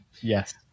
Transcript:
Yes